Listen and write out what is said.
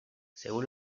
según